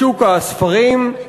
בשוק הספרים,